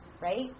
right